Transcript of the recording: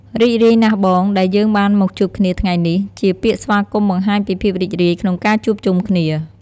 រីករាយណាស់បង ដែលយើងបានមកជួបគ្នាថ្ងៃនេះ ជាពាក្យស្វាគមន៍បង្ហាញពីភាពរីករាយក្នុងការជួបជុំគ្នា។